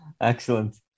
Excellent